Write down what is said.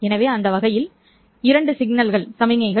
எனவே அந்த வகையில் இவை இரண்டும் செங்குத்தாக சமிக்ஞைகள்